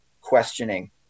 questioning